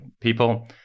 people